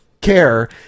care